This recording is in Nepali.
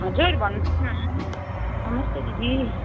हजुर भन्नुहोस् न नमस्ते दिदी